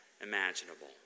imaginable